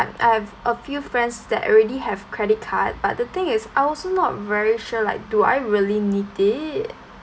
I have a few friends that already have credit card but the thing is I also not very sure like do I really need it